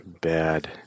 bad